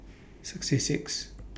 sixty Sixth